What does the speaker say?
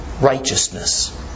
Righteousness